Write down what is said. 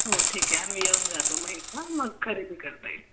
हो ठीक आहे आम्ही येऊन जातो मग एकदा मग खरेदी करता येईल